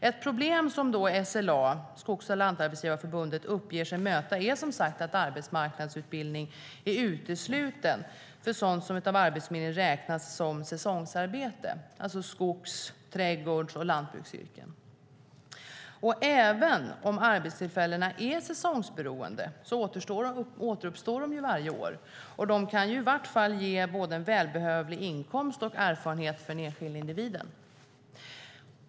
Ett problem som SLA, Skogs och lantarbetsgivareförbundet, uppger sig möta är som sagt att arbetsmarknadsutbildning är utesluten för sådant som Arbetsförmedlingen räknar som säsongsarbete, alltså skogs-, trädgårds och lantbruksyrken. Men även om arbetstillfällena är säsongsberoende, återuppstår de ju varje år och kan i vart fall ge både en välbehövlig inkomst och erfarenhet för den enskilda individen.